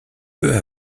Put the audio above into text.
peu